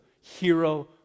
hero